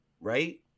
right